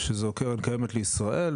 שזו קרן קיימת לישראל,